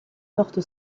porte